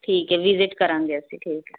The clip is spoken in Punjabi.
ਠੀਕ ਹੈ ਵੀਜ਼ਿਟ ਕਰਾਂਗੇ ਅਸੀਂ ਠੀਕ ਹੈ